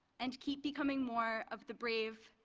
and keep becoming more of the brave,